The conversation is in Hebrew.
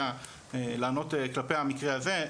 לענות כלפי המקרה הזה,